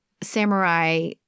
samurai